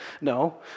No